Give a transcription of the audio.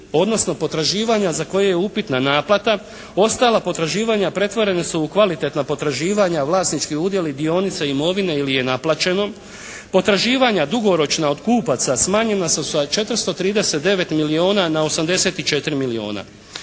odnosno potraživanja za koje je upitna naplata. Ostala potraživanja pretvorena su u kvalitetna potraživanja, vlasnički udjeli, dionice i imovine ili je naplaćeno. Potraživanja dugoročna od kupaca smanjena su sa 439 milijuna na 84 milijuna.